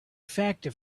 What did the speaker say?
factor